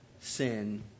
sin